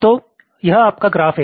तो यह आपका ग्राफ है